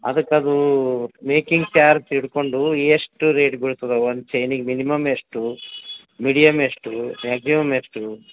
ಅದಕ್ಕೆ ಅದು making charge ಹಿಡ್ಕೊಂಡು ಎಷ್ಟು ರೇಟ್ ಬೀಳ್ತದೆ ಒಂದು ಚೈನಿಗೆ ಮಿನಿಮಮ್ ಎಷ್ಟು ಮೀಡಿಯಮ್ ಎಷ್ಟು ಮ್ಯಾಕ್ಸಿಮಮ್ ಎಷ್ಟು